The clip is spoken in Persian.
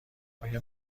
آیا